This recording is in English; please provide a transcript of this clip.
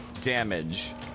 damage